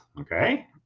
Okay